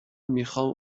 میخوام